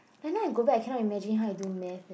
then now I go back cannot imagine how I do math eh